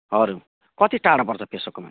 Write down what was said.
हजुर कति टाढा पर्छ पेसोक कमान